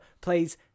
plays